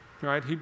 right